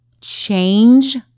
change